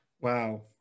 Wow